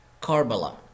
Karbala